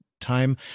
time